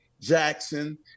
Jackson